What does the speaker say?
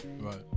Right